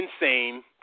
insane